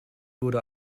wurde